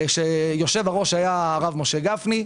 שהיושב-ראש היה הרב משה גפני,